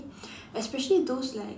especially those like